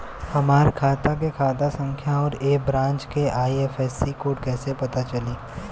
हमार खाता के खाता संख्या आउर ए ब्रांच के आई.एफ.एस.सी कोड कैसे पता चली?